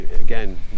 Again